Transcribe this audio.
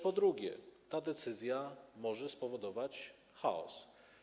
Po drugie, ta decyzja może spowodować chaos.